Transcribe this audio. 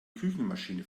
küchenmaschine